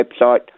website